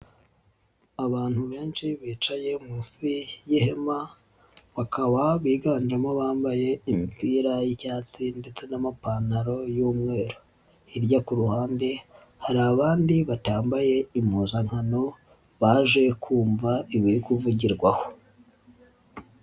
Abantu benshi bicaye munsi y'ihema bakaba biganjemo bambaye imipira y'icyatsi ndetse n'amapantaro y'umweru, hirya ku ruhande hari abandi batambaye impuzankano baje kumva ibiri kuvugirwa aho.